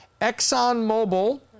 ExxonMobil